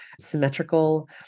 symmetrical